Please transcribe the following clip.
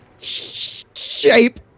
shape